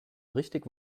richtig